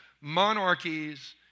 Monarchies